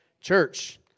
Church